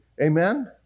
Amen